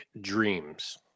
Dreams